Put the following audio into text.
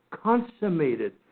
consummated